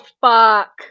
fuck